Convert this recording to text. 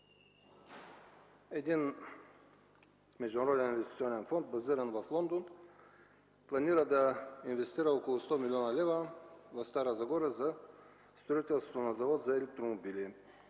един международен инвестиционен фонд, базиран в Лондон, планира да инвестира около 100 млн. лв. в Стара Загора за строителството на завод за електромобили.